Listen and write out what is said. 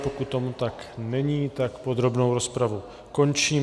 Pokud tomu tak není, tak podrobnou rozpravu končím.